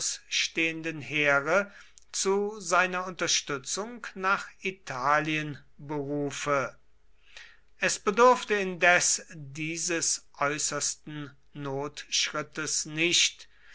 stehenden heere zu seiner unterstützung nach italien berufe es bedurfte indes dieses äußersten notschrittes nicht